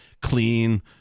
clean